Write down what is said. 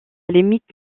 limite